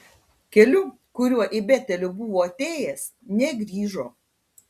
keliu kuriuo į betelį buvo atėjęs negrįžo